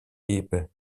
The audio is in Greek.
είπε